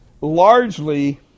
largely